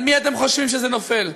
על מי אתם חושבים שזה נופל?